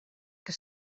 que